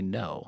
no